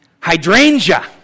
Hydrangea